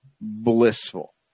blissful